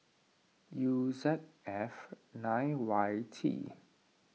U Z F nine Y T